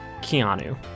Keanu